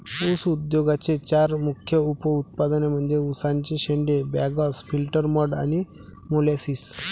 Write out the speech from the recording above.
ऊस उद्योगाचे चार मुख्य उप उत्पादने म्हणजे उसाचे शेंडे, बगॅस, फिल्टर मड आणि मोलॅसिस